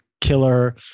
killer